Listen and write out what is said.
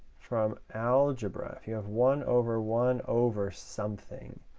from algebra, if you have one over one over something,